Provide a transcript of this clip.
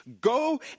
go